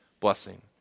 Blessing